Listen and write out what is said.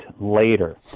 later